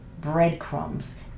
breadcrumbs